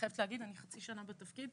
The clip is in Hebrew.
אני חייבת להגיד שאני חצי שנה בתפקיד,